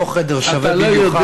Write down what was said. לא חדר שווה במיוחד.